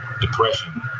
depression